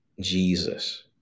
Jesus